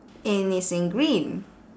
and it's in green